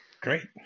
Great